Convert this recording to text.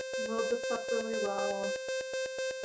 load this up really well.